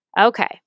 Okay